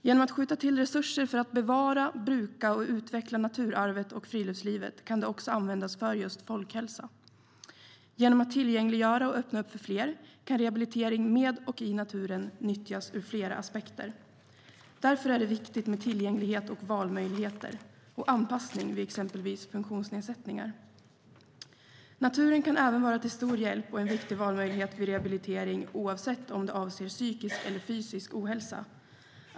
Genom att skjuta till resurser för att bevara, bruka och utveckla naturarvet och friluftslivet kan det också användas för just folkhälsan. Genom att tillgängliggöra och öppna upp för fler kan rehabilitering med och i naturen nyttjas ur flera aspekter. Därför är det viktigt med tillgänglighet, valmöjligheter och anpassning vid exempelvis funktionsnedsättningar. Naturen kan även vara till stor hjälp och är en viktig valmöjlighet vid rehabilitering, oavsett om det avser psykisk eller fysisk ohälsa.